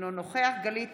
אינו נוכח גלית